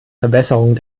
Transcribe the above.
verbesserung